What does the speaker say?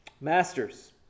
Masters